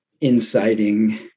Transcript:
inciting